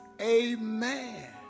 Amen